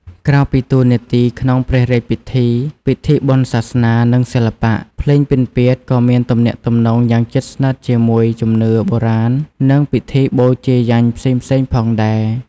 ក្រៅពីតួនាទីក្នុងព្រះរាជពិធី ពិធីបុណ្យសាសនា និងសិល្បៈ ភ្លេងពិណពាទ្យ ក៏មានទំនាក់ទំនងយ៉ាងជិតស្និទ្ធជាមួយជំនឿបុរាណ និងពិធីបូជាយញ្ញផ្សេងៗផងដែរ។